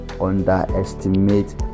underestimate